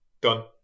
Done